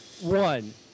one